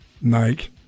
Nike